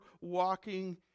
walking